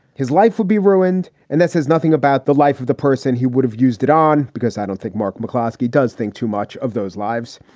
his life would be ruined. and that says nothing about the life of the person he would have used it on, because i don't think mark mccloskey does think too much of those lives.